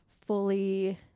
fully